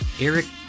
Eric